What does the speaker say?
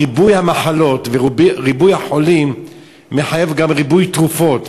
ריבוי המחלות וריבוי החולים מחייבים גם ריבוי תרופות,